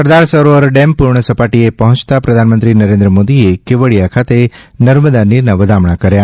સરદાર Sarovar dam પૂર્ણ સપાટીએ પહોંચતાં પ્રધાનમંત્રી નરેન્દ્ર મોદીએ કેવડીયા ખાતે નર્મદા નીરનાં વધામણા કર્યા